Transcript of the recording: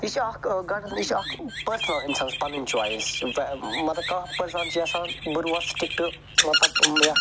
یہِ چھِ اَکھ یہِ چھِ اَکھ پٔرسٕنل انسانس پنٕنۍ چۄایس مطلب کانٛہہ پٔرسن چھُ یژھان بہِ روزٕ سِٹِکٹہٕ مطلب یتھ